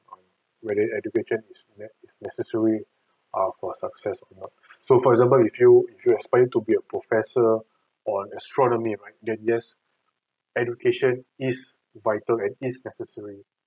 on whether education is nec~ necessary err for a success or not so for example if you if you aspiring to be a professor on astronomy right then yes education is vital and is necessary